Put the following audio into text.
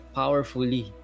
powerfully